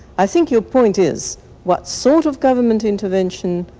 i think your point is what sort of government intervention,